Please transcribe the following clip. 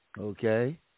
Okay